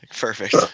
Perfect